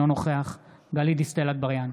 נוכח גלית דיסטל אטבריאן,